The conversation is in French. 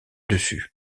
dessus